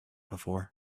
before